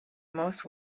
most